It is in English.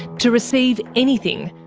to receive anything,